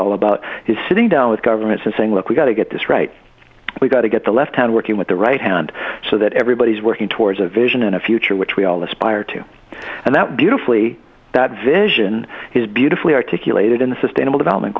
all about is sitting down with governments and saying look we've got to get this right we've got to get the left hand working with the right hand so that everybody's working towards a vision and a future which we all aspire to and that beautifully that vision is beautifully articulated in the sustainable development